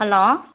hello